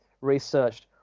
researched